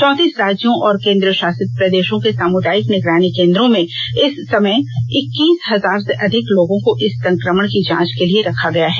चौतीस राज्यों और केंद्रशासित प्रदेशों के सामुदायिक निगरानी केंद्रों में इस समय इक्कीस हजार से अधिक लोगों को इस संक्रमण की जांच के लिए रखा गया है